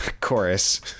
chorus